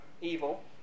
evil